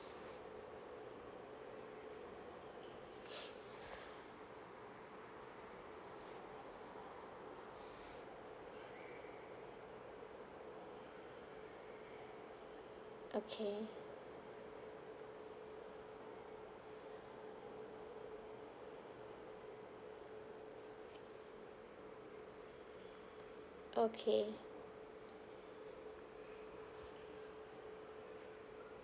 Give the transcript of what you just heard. okay okay